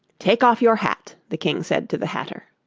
take off your hat the king said to the hatter.